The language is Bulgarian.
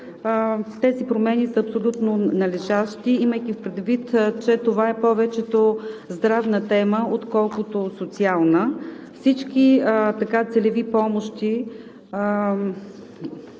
Тези промени са абсолютно належащи, имайки предвид, че това е повече здравна тема отколкото социална. Всички целеви помощи